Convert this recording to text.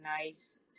nice